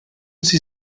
sie